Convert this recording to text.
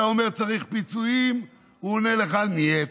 אתה אומר: צריך פיצויים, הוא עונה לך: נייט.